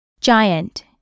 Giant